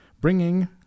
Bringing